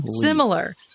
similar